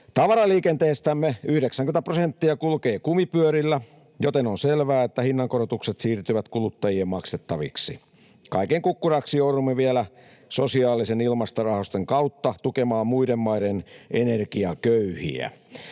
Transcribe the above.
Tavaraliikenteestämme 90 prosenttia kulkee kumipyörillä, joten on selvää, että hinnankorotukset siirtyvät kuluttajien maksettaviksi. Kaiken kukkuraksi joudumme vielä sosiaalisen ilmastorahaston kautta tukemaan muiden maiden energiaköyhiä.